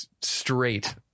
straight